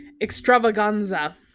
extravaganza